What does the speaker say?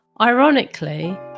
Ironically